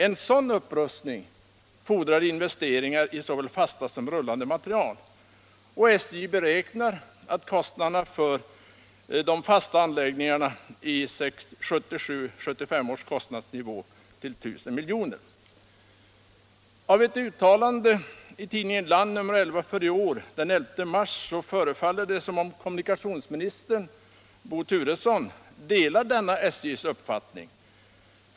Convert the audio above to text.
En sådan upprustning fordrar investeringar i såväl fasta anläggningar som rullande material.” SJ beräknar att kostnaderna för de fasta anläggningarna vid 1975-1977 års kostnadsnivå uppgår till 1000 milj.kr. Av ett uttalande i tidningen Land nr 11 för den 11 mars i år förefaller det som om kommunikationsministern Bo Turesson delar denna SJ:s uppfattning.